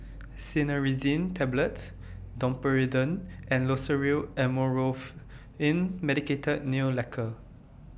Cinnarizine Tablets Domperidone and Loceryl Amorolfine Medicated Nail Lacquer